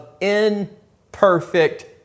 imperfect